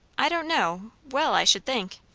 i don't know well, i should think.